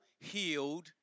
healed